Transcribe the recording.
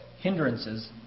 hindrances